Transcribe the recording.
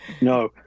No